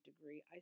degree